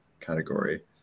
category